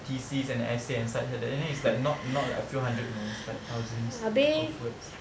thesis and essays and such like that and then it's like not not like a few hundreds you know it's like thousands of words